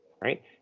right